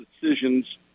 decisions